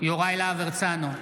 יוראי להב הרצנו,